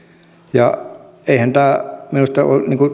eihän minusta